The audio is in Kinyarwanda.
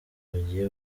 bagiye